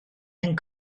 and